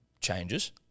changes